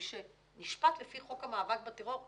מי שנשפט לפי חוק המאבק בטרור,